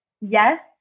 yes